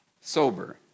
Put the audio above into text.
sober